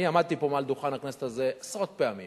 אני עמדתי מעל דוכן הכנסת הזה עשרות פעמים